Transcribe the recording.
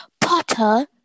Potter